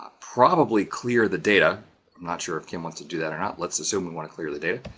probably clear the data. i'm not sure if kim wants to do that or not. let's assume we want to clear the data.